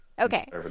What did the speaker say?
okay